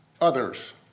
others